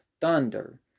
thunder